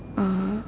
uh